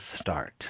start